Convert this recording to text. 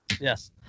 Yes